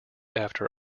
after